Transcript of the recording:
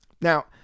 Now